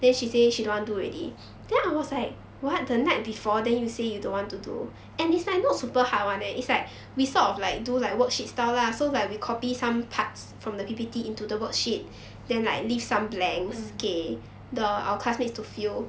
mm